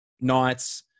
nights